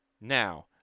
now